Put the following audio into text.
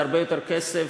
וזה הרבה יותר כסף.